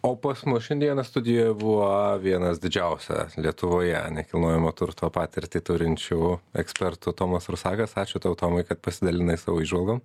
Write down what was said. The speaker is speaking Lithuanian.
o pas mus šiandieną studijoje buvo vienas didžiausias lietuvoje nekilnojamo turto patirtį turinčių ekspertų tomas rusakas ačiū tau tomai kad pasidalinai savo įžvalgom